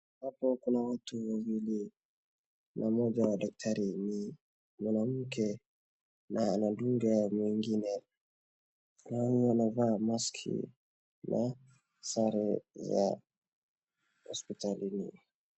Hapo kuna watu wawili. Na mmoja daktari ni mwanamke, na anadunga mwingine. Naona anavaa maski na sare za hospitalini.